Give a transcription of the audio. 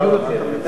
בדיון אחר.